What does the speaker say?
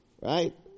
Right